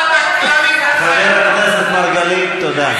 חבר הכנסת מרגלית, תודה.